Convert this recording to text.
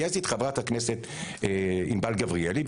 גייסתי את חברת הכנסת ענבל גבריאלי,